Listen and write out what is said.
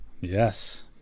Yes